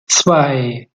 zwei